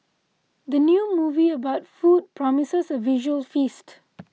the new movie about food promises a visual feast